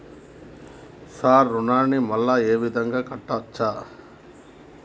Sir రుణాన్ని మళ్ళా ఈ విధంగా కట్టచ్చా?